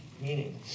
meaning